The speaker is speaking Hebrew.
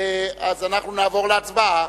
אנחנו נעבור להצבעה.